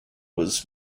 was